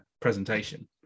presentation